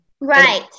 Right